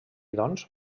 doncs